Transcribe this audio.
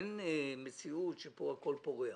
אין מציאות שפה הכול פורח.